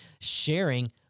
sharing